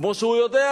כמו שהוא יודע.